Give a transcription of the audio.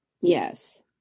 Yes